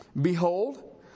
Behold